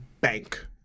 bank